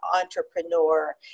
entrepreneur